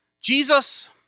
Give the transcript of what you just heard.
Jesus